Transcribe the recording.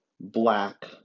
black